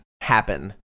happen